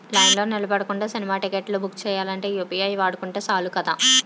లైన్లో నిలబడకుండా సినిమా టిక్కెట్లు బుక్ సెయ్యాలంటే యూ.పి.ఐ వాడుకుంటే సాలు కదా